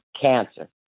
cancer